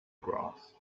grass